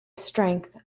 strength